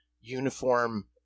uniform